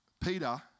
Peter